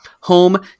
home